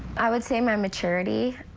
i would say my maturity.